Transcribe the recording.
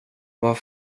vad